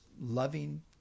loving